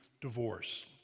divorce